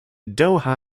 doha